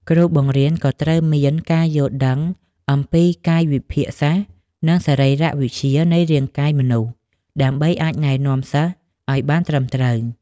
គ្រូបង្រៀនក៏ត្រូវមាន ការយល់ដឹងអំពីកាយវិភាគសាស្ត្រ និងសរីរវិទ្យានៃរាងកាយមនុស្ស ដើម្បីអាចណែនាំសិស្សឱ្យបានត្រឹមត្រូវ។